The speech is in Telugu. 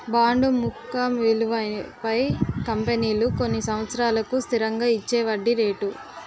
బాండు ముఖ విలువపై కంపెనీలు కొన్ని సంవత్సరాలకు స్థిరంగా ఇచ్చేవడ్డీ రేటు